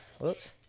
whoops